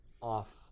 off